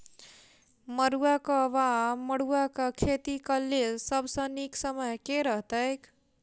मरुआक वा मड़ुआ खेतीक लेल सब सऽ नीक समय केँ रहतैक?